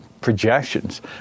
projections